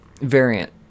variant